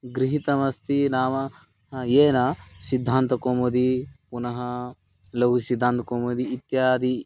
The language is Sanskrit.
गृहितमस्ति नाम येन सिद्धान्तकौमुदी पुनः लगुसिद्धान्तकौमुदी इत्यादि